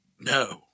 No